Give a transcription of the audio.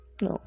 No